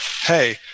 hey